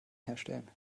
herstellen